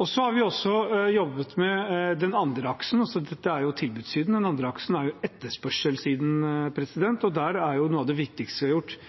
Vi har også jobbet med den andre aksen – dette er jo tilbudssiden. Den andre aksen er etterspørselssiden. Der er noe av det viktigste vi har gjort,